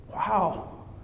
Wow